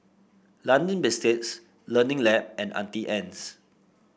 London Biscuits Learning Lab and Auntie Anne's